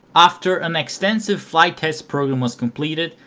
after an extensive flight test program was completed,